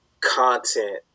content